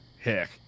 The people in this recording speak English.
Heck